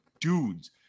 dudes